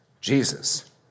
Jesus